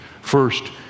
First